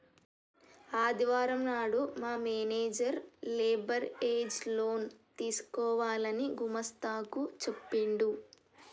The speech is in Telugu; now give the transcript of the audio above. ఆదివారం నాడు మా మేనేజర్ లేబర్ ఏజ్ లోన్ తీసుకోవాలని గుమస్తా కు చెప్పిండు